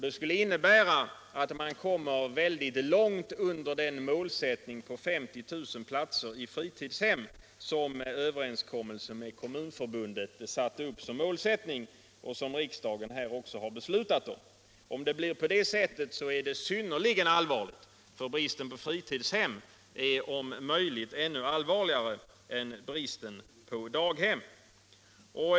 Det skulle innebära att man kom väldigt långt under de 50 000 platser i fritidshem som överenskommelsen med Kommunförbundet hade som målsättning och som riksdagen också har beslutat om. Om det blir på det sättet, så är det synnerligen allvarligt, för bristen på fritidshem är om möjligt ännu mer besvärande än bristen på daghem.